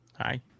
Hi